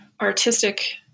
artistic